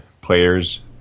players